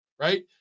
right